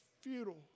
futile